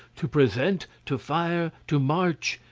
to present, to fire, to march,